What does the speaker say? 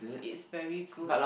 is very good